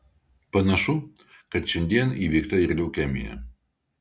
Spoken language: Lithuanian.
panašu kad šiandien įveikta ir leukemija